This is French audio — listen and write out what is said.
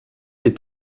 est